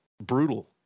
brutal